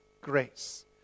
grace